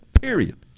period